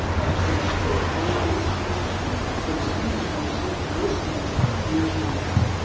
and to ensure a brighter future for the students who will sit in your seats years from now.